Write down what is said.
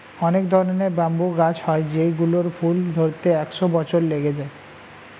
অনেক ধরনের ব্যাম্বু গাছ হয় যেই গুলোর ফুল ধরতে একশো বছর লেগে যায়